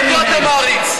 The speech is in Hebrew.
אותו אתה מעריץ.